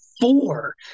four